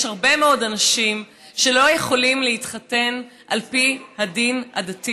יש הרבה מאוד אנשים שלא יכולים להתחתן על פי הדין הדתי.